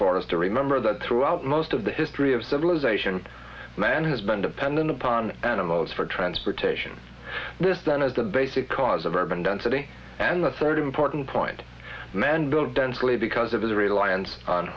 for us to remember that throughout most of the history of civilization man has been dependent upon animals for transportation this then is the basic cause of urban density and the third important point man built densely because